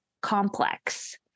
complex